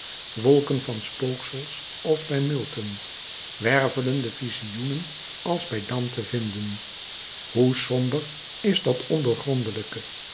wolken van spooksels als bij milton wervelende visioenen als bij dante vinden hoe somber is dat